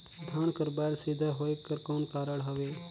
धान कर बायल सीधा होयक कर कौन कारण हवे?